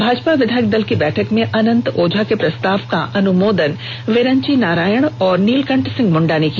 भाजपा विधायक दल की बैठक में अनंत ओझा के प्रस्ताव का अनुमोदन विरंची नारायण और नीलकंठे सिंह मुण्डा ने किया